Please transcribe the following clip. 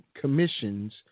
commissions